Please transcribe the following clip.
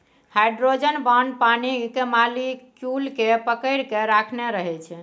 hydrogen bond पानिक molecule केँ पकरि केँ राखने रहै छै